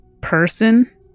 person